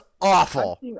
awful